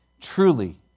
truly